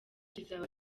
kizaba